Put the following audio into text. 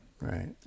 Right